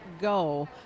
go